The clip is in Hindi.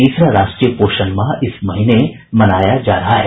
तीसरा राष्ट्रीय पोषण माह इस महीने मनाया जा रहा है